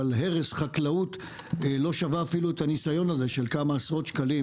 אבל הרס חקלאות לא שווה את הניסיון הזה של כמה עשרות שקלים